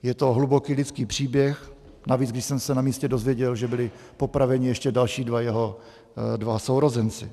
Je to hluboký lidský příběh, navíc když jsem se na místě dozvěděl, že byli popraveni ještě další dva jeho sourozenci.